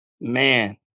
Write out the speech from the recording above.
man